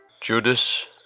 Judas